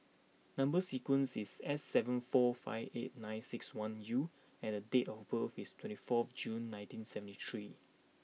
number sequence is S seven four five eight nine six one U and date of birth is twenty four June nineteen seventy three